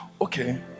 Okay